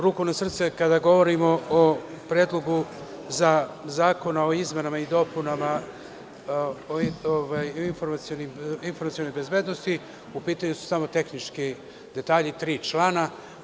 Ruku na srce kada govorimo o Predlogu za zakon o izmenama i dopunama Zakona o informacionoj bezbednosti, u pitanju su samo tehnički detalji, tri člana.